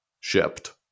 shipped